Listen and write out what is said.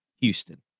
Houston